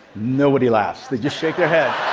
nobody laughs. they just shake their head.